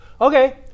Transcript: Okay